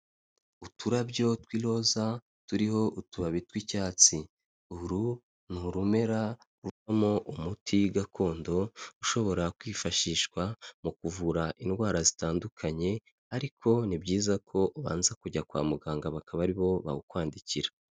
Uturabyo tw'iroza turiho utubabi tw'icyatsi, uru ni urumera ruvamo umuti gakondo ushobora kwifashishwa mu kuvura indwara zitandukanye, ariko ni byiza ko ubanza kujya kwa muganga bakaba aribo bawukwandikira.